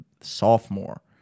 Sophomore